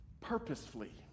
purposefully